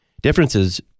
differences